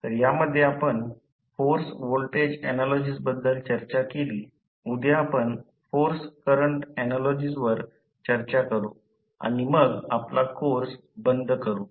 तर यामध्ये आपण फोर्स व्होल्टेज ऍनालॉजीस बद्दल चर्चा केली उद्या आपण फोर्स करंट ऍनालॉजीवर चर्चा करू आणि मग आपला कोर्स बंद करू